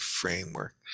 framework